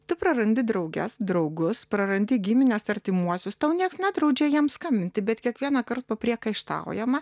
tu prarandi drauges draugus prarandi gimines artimuosius tau nieks nedraudžia jiem skambinti bet kiekvienąkart papriekaištaujama